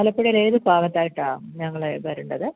മലമ്പുഴയിൽ ഏത് ഭാഗത്തായിട്ടാണ് ഞങ്ങൾ വരേണ്ടത്